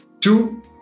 two